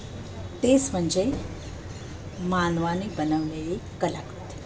तेच म्हणजे मानवाने बनवलेली कलाकृती